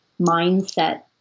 mindset